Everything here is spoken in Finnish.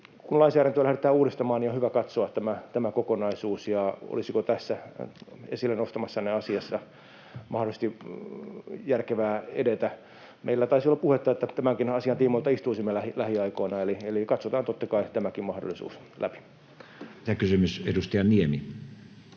kun lainsäädäntöä lähdetään uudistamaan, on hyvä katsoa tämä kokonaisuus ja se, olisiko tässä esille nostamassanne asiassa mahdollisesti järkevää edetä. Meillä taisi olla puhetta, että tämänkin asian tiimoilta istuisimme lähiaikoina, eli katsotaan totta kai tämäkin mahdollisuus läpi. Lisäkysymys, edustaja Niemi.